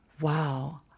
Wow